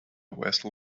vessel